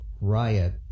riot